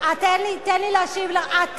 אף אחד לא מתערב, תן לי להשיב לך.